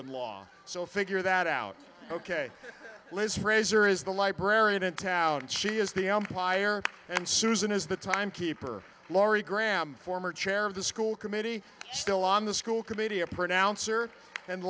in law so figure that out ok liz fraser is the librarian in town and she is the umpire and susan is the time keeper laurie graham former chair of the school committee still on the school committee a pronouncer and